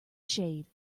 shade